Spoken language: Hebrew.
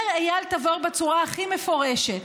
אומר אייל רביד בצורה הכי מפורשת: